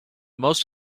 most